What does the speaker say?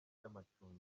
cy’amacumbi